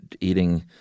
eating